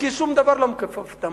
כי שום דבר לא מכופף אותם.